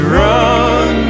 run